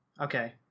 okay